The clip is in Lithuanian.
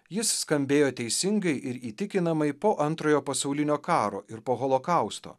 jis skambėjo teisingai ir įtikinamai po antrojo pasaulinio karo ir po holokausto